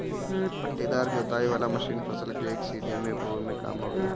पट्टीदार जोताई वाला मशीन फसल के एक सीध में बोवे में काम आवेला